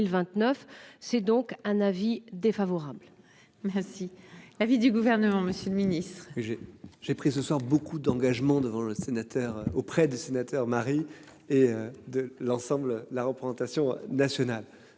c'est donc un avis défavorable. Si l'avis du gouvernement, Monsieur le Ministre, je. J'ai pris ce soir beaucoup d'engagement devant le sénateur auprès des sénateurs Marie et de l'ensemble la représentation nationale.